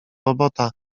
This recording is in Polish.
robota